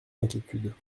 inquiétudes